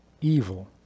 evil